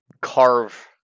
carve